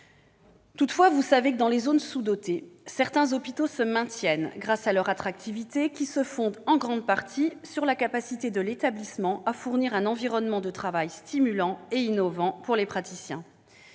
Toutefois, vous savez que, dans les zones sous-dotées, certains hôpitaux se maintiennent grâce à leur attractivité, qui se fonde en grande partie sur leur capacité à fournir un environnement de travail stimulant et innovant pour les praticiens.